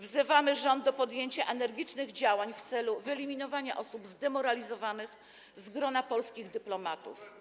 Wzywamy rząd do podjęcia energicznych działań w celu wyeliminowania osób zdemoralizowanych z grona polskich dyplomatów.